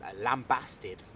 lambasted